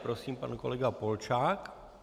Prosím, pan kolega Polčák.